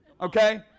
Okay